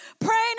praying